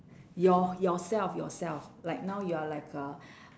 your~ yourself yourself like now you're like a